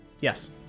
Yes